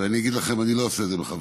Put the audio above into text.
ואני אגיד לכם, אני לא עושה את זה בכוונה.